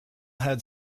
had